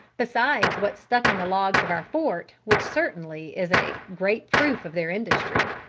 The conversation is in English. besides what stuck in the logs of our fort, which certainly is a great proof of their industry.